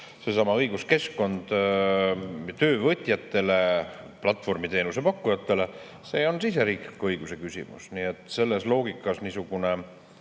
tagatud õiguskeskkond töövõtjatele, platvormiteenuse pakkujatele, on siseriikliku õiguse küsimus. Nii et selles loogikas niisugusesse